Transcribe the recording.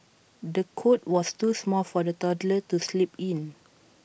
the cot was too small for the toddler to sleep in